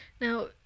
Now